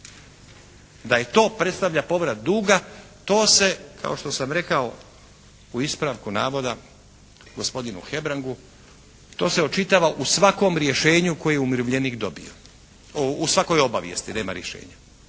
da to predstavlja povrat dug to se kao što sam rekao u ispravku navoda gospodinu Hebrangu to se očitova u svakom rješenju koje je umirovljenik dobio, u svakoj obavijesti, nema rješenja.